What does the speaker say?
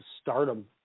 stardom